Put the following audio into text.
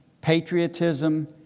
patriotism